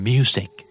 Music